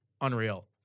unreal